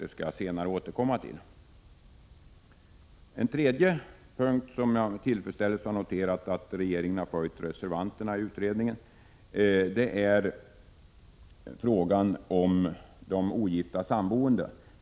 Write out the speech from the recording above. Det skall jag senare återkomma till. En tredje punkt där jag med tillfredsställelse har noterat att regeringen följt reservanterna i utredningen gäller frågan om de ogifta samboende.